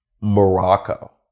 Morocco